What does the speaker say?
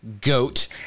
goat